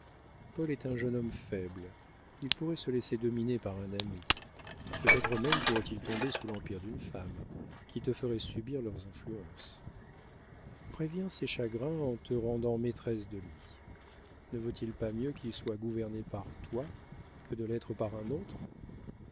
paul est un jeune homme faible il pourrait se laisser dominer par un ami peut-être même pourrait-il tomber sous l'empire d'une femme qui te feraient subir leurs influences préviens ces chagrins en te rendant maîtresse de lui ne vaut-il pas mieux qu'il soit gouverné par toi que de l'être par un autre